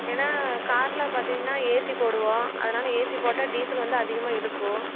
ஏன்னா காரில் பார்த்திங்கன்னா ஏசி போடுவோம் அதனால் ஏசி போட்டால் டீசல் வந்து அதிகமாக இழுக்கும்